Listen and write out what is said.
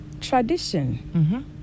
tradition